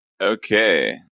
Okay